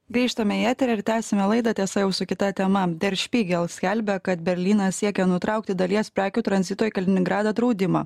grįžtame į eterį ir tęsime laidą tiesa jau su kita tema der špygel skelbia kad berlynas siekia nutraukti dalies prekių tranzito į kaliningradą draudimą